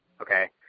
okay